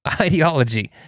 ideology